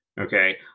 Okay